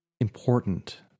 important